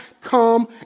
come